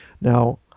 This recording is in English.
Now